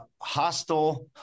hostile